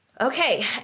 Okay